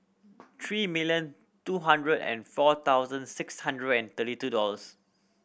three million two hundred and four thousand six hundred and thirty two dollors